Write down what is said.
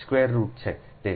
07 metre બરાબર છે